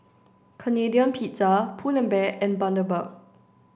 Canadian Pizza Pull and Bear and Bundaberg